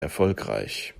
erfolgreich